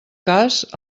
cas